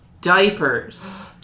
diapers